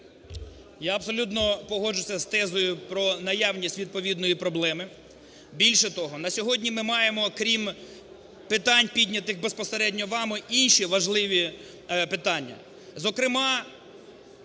Я абсолютно погоджуюся з тезою про наявність відповідної проблеми. Більше того, на сьогодні ми маємо крім питань, піднятих безпосередньо вами, інші важливі питання. Зокрема